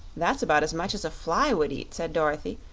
that's about as much as a fly would eat, said dorothy,